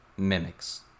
mimics